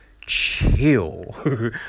chill